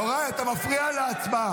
איפה החטופים?